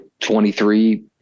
23